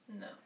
No